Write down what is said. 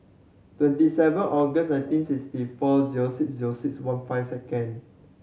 twenty seven August nineteen sixty four zero six zero six one five second